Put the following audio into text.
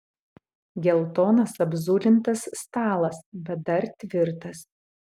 geltonas apzulintas stalas bet dar tvirtas